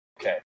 Okay